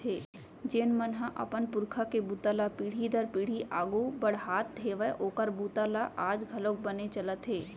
जेन मन ह अपन पूरखा के बूता ल पीढ़ी दर पीढ़ी आघू बड़हात हेवय ओखर बूता ह आज घलोक बने चलत हे